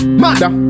mother